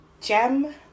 Gem